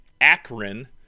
Akron